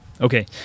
Okay